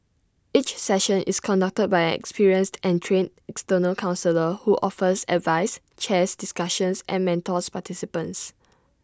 each session is conducted by an experienced and trained external counsellor who offers advice chairs discussions and mentors participants